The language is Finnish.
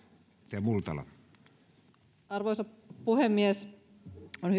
arvoisa puhemies on